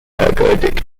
ergodic